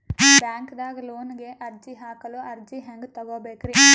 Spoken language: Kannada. ಬ್ಯಾಂಕ್ದಾಗ ಲೋನ್ ಗೆ ಅರ್ಜಿ ಹಾಕಲು ಅರ್ಜಿ ಹೆಂಗ್ ತಗೊಬೇಕ್ರಿ?